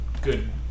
good